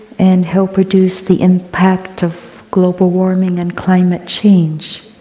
and help reduce the impact of global warming and climate change.